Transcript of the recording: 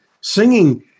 singing